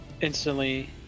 instantly